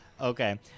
Okay